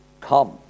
come